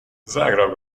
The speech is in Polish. zagrał